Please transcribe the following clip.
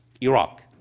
Iraq